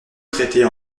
traiter